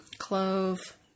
clove